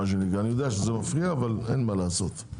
אני יודע שזה מפריע אבל אין מה לעשות.